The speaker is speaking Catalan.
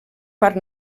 part